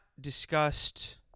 discussed